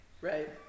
right